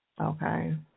Okay